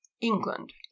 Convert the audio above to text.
England